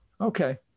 Okay